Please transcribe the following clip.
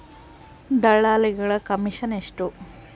ದಲ್ಲಾಳಿಗಳ ಕಮಿಷನ್ ಎಷ್ಟು?